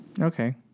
Okay